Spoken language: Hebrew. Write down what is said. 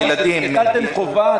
מרגע שהטלתם חובה,